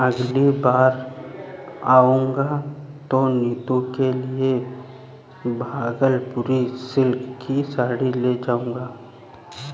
अगली बार आऊंगा तो नीतू के लिए भागलपुरी सिल्क की साड़ी ले जाऊंगा